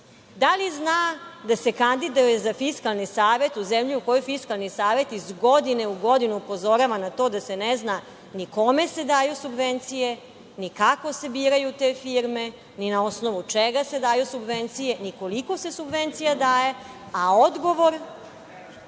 li zna da se kandiduje za Fiskalni savet u Fiskalni savet iz godine u godinu upozorava na to da se ne zna ni kome se daju subvencije, ni kako se biraju te firme ni na osnovu čega se daju subvencija, ni koliko su subvencije daje, a odgovor